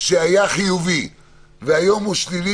שהיה חיובי והיום הוא שלילי,